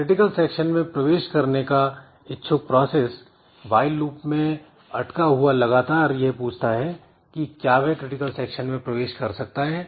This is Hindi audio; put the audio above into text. क्रिटिकल सेक्शन में प्रवेश करने का इच्छुक प्रोसेस व्हाईल लूप में अटका हुआ लगातार यह पूछता है की क्या वह क्रिटिकल सेक्शन में प्रवेश कर सकता है